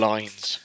Lines